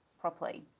properly